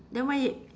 then why